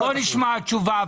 נשמע תשובה.